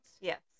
Yes